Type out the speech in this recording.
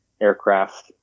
aircraft